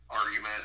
argument